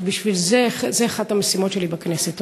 זו אחת המשימות שלי בכנסת.